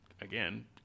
again